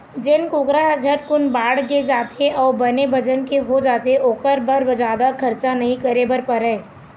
जेन कुकरा ह झटकुन बाड़गे जाथे अउ बने बजन के हो जाथे ओखर बर जादा खरचा नइ करे बर परय